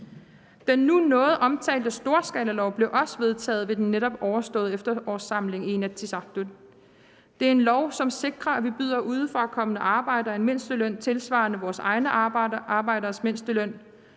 Den nu noget omtalte storskalalov blev også vedtaget ved den netop overståede efterårssamling i Inatsisartut. Det er en lov, som sikrer, at vi byder udefrakommende arbejdere en mindsteløn svarende til vores egne arbejderes mindsteløn;